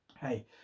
Hey